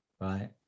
right